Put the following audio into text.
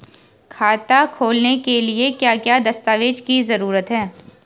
खाता खोलने के लिए क्या क्या दस्तावेज़ की जरूरत है?